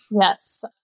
Yes